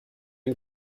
dem